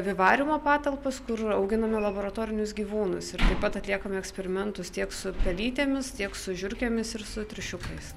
vivariumo patalpas kur auginame laboratorinius gyvūnus ir taip pat atliekame eksperimentus tiek su pelytėmis tiek su žiurkėmis ir su triušiukais